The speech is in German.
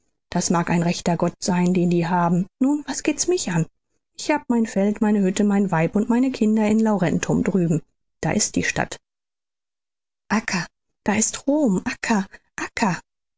das mag ein rechter gott sein den die haben nun was geht's mich an ich habe mein feld meine hütte mein weib und meine kinder in laurentum drüben da ist die stadt acca da ist rom